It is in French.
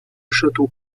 château